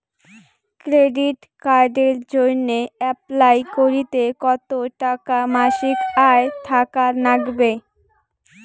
Credit কার্ডের জইন্যে apply করিতে কতো টাকা মাসিক আয় থাকা নাগবে?